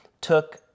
took